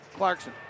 Clarkson